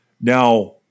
Now